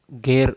gear